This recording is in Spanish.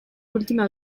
última